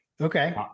okay